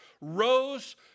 rose